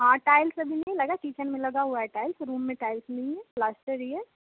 हाँ टाइल्स अभी नहीं लगा है किचन में लगा हुआ है टाइल्स रूम में टाइल्स नहीं है प्लास्तर ही है